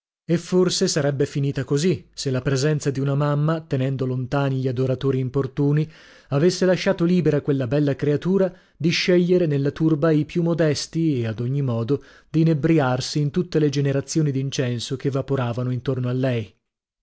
e forse sarebbe finita così se la presenza di una mamma tenendo lontani gli adoratori importuni avesse lasciato libera quella bella creatura di scegliere nella turba i più modesti e ad ogni modo di inebbriarsi in tutte le generazioni d'incenso che vaporavano intorno a lei